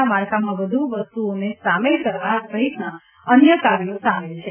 ના માળખામાં વધુ વસ્તુઓને સામેલ કરવા સહિતના અન્ય કાર્યો સામેલ છે